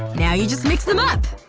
now you just mix them up